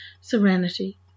serenity